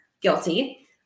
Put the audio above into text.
guilty